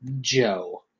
Joe